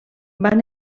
van